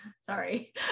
Sorry